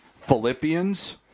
Philippians